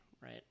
right